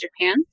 Japan